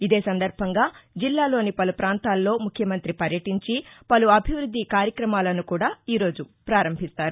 ఇదే సందర్భంగా జిల్లాలోని పలు ప్రాంతాల్లో ముఖ్యమంతి పర్యటించి పలు అభివృద్ది కార్యక్రమాలను కూడా ఈ రోజు పారంభిస్తారు